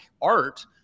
art